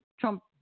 Trump